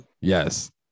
yes